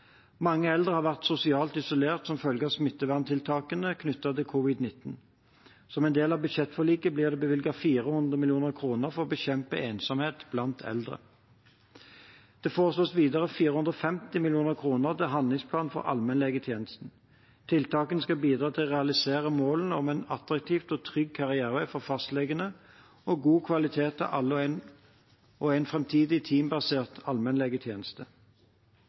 Mange eldre har vært sosialt isolert som følge av smitteverntiltakene knyttet til covid-19. Som en del av budsjettforliket blir det bevilget 400 mill. kr for å bekjempe ensomhet blant eldre. Det foreslås videre 450 mill. kr til handlingsplanen for allmennlegetjenesten. Tiltakene skal bidra til å realisere målene om en attraktiv og trygg karrierevei for fastlegene, god kvalitet til alle og en framtidig teambasert allmennlegetjeneste.